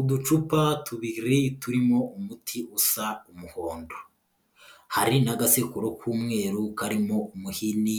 Uducupa tubiri turimo umuti usa umuhondo, hari n'agasekuru k'umweru karimo umuhini